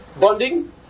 bonding